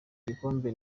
gikombe